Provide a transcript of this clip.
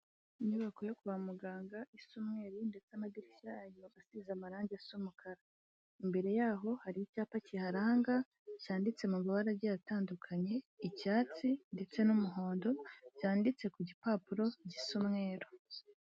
Inyubako yo kwa muganga isa umweru ndetse n'amadirishya yayo asize amarangi asa umukara, imbere yaho hari icyapa kiharanga cyanditse mu mabara agiye atandukanye icyatsi ndetse n'umuhondo, byanditse ku gipapuro gisa umweru.